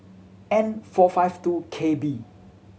N four five two K B